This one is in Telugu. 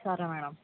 సరే మ్యాడమ్